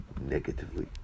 negatively